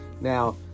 Now